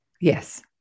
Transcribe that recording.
Yes